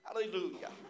Hallelujah